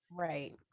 Right